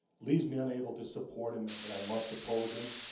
leaves me unable to support him and i must oppose him.